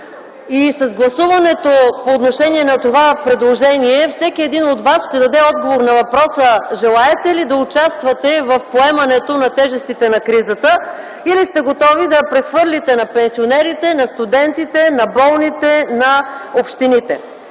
и с гласуването по отношение на това предложение всеки един от вас ще даде отговор на въпроса желаете ли да участвате в поемането на тежестите на кризата или сте готови да я прехвърлите на пенсионерите, на студентите, на болните, на общините.